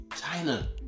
China